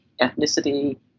ethnicity